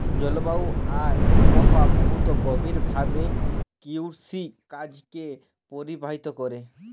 জলবায়ু আর আবহাওয়া বহুত গভীর ভাবে কিরসিকাজকে পরভাবিত ক্যরে